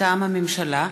מטעם הממשלה: